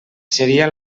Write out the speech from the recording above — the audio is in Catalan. seria